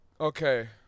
Okay